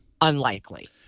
unlikely